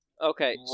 Okay